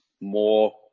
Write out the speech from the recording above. more